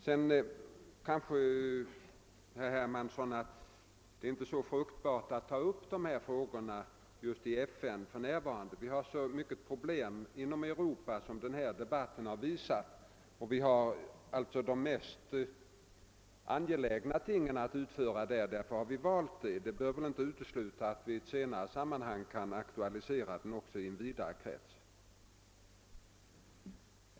Sedan, herr Hermansson, är det kanske inte så fruktbart att ta upp dessa frågor i FN just för närvarande. Det finns så många problem på området inom Europa, såsom denna debatt har visat. Vi har här mera angelägna ting att behandla, och därför har vi valt att agera i Europarådet. Det behöver dock inte utesluta att vi i något senare sammanhang kan aktualisera dessa frågor i en vidare krets.